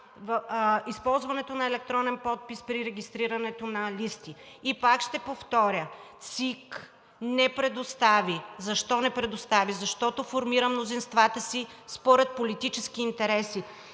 използването на електронен подпис при регистрирането на листи. И пак ще повторя: ЦИК не предостави. Защо не го предостави? Защото формира мнозинствата си според политическите интереси.